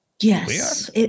Yes